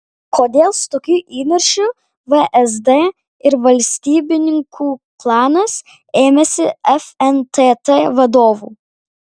kodėl su tokiu įniršiu vsd ir valstybininkų klanas ėmėsi fntt vadovų